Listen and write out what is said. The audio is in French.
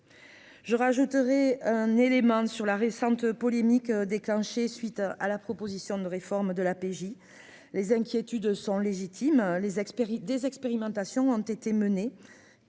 je rajouterai un élément sur la récente polémique déclenchée suite à la proposition de réforme de la PJ, les inquiétudes sont légitimes, les experts des expérimentations ont été menées,